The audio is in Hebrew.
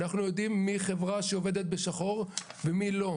אנחנו יודעים מי היא חברה שעבדת בשחור ומי לא,